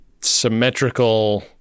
symmetrical